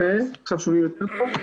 עכשיו שומעים יותר טוב?